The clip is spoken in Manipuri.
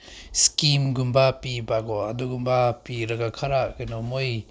ꯏꯁꯀꯤꯝꯒꯨꯝꯕ ꯄꯤꯕꯀꯣ ꯑꯗꯨꯒꯨꯝꯕ ꯄꯤꯔꯒ ꯈꯔ ꯀꯩꯅꯣ ꯃꯣꯏ